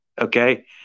Okay